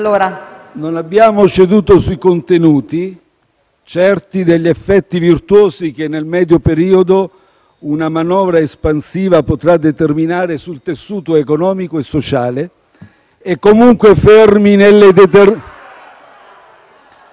Non abbiamo ceduto sui contenuti, certi degli effetti virtuosi che nel medio periodo una manovra espansiva potrà determinare sul tessuto economico e sociale e comunque fermi nelle determinazioni...